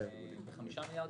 ל-5 מיליארד,